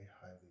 highly